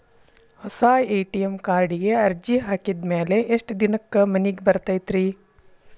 ಹೊಸಾ ಎ.ಟಿ.ಎಂ ಕಾರ್ಡಿಗೆ ಅರ್ಜಿ ಹಾಕಿದ್ ಮ್ಯಾಲೆ ಎಷ್ಟ ದಿನಕ್ಕ್ ಮನಿಗೆ ಬರತೈತ್ರಿ?